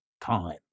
time